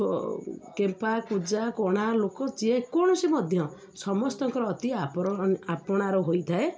କେମ୍ପା କୁଜା କଣା ଲୋକ ଯିଏ ଯେକୌଣସି ମଧ୍ୟ ସମସ୍ତଙ୍କର ଅତି ଆପ ଆପଣାର ହୋଇଥାଏ